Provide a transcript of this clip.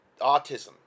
autism